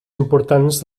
importants